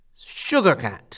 Sugarcat